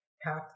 half